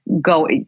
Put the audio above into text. go